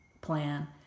plan